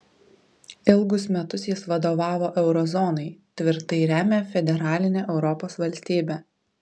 ilgus metus jis vadovavo euro zonai tvirtai remia federalinę europos valstybę